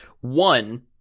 One